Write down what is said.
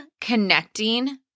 connecting